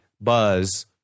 buzz